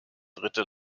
dritte